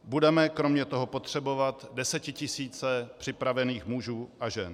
Budeme kromě toho potřebovat desetitisíce připravených mužů a žen.